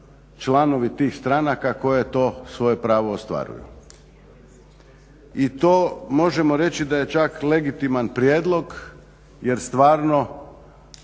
članovi tih stranka koje to svoje pravo ostvaruju. I to možemo reći da je čak legitiman prijedlog jer stvarno